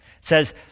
says